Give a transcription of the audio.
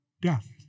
death